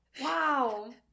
Wow